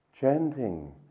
chanting